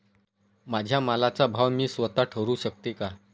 माझ्या मालाचा भाव मी स्वत: ठरवू शकते का?